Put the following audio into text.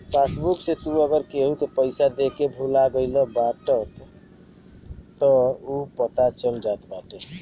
passbook से तू अगर केहू के पईसा देके भूला गईल बाटअ तअ उहो पता चल जात बाटे